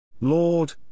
Lord